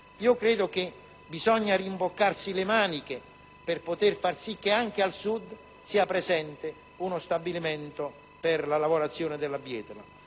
Credo che occorra rimboccarsi le maniche per far sì che anche al Sud sia presente uno stabilimento per la lavorazione della bietola.